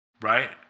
Right